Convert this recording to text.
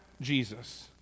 jesus